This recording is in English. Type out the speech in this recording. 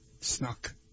snuck